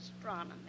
astronomy